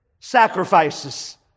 sacrifices